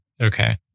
Okay